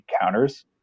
counters